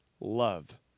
love